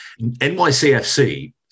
NYCFC